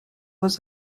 was